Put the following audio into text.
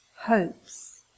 hopes